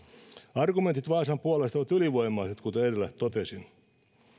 argumentit vaasan puolesta ovat ylivoimaiset kuten edellä totesin